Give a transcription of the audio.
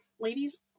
Ladies